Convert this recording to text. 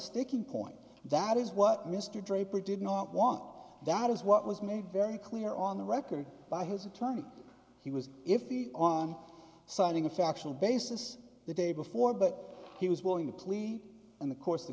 sticking point that is what mr draper did not want that is what was made very clear on the record by his attorney he was iffy on signing a factual basis the day before but he was willing to plea in the course